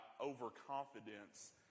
overconfidence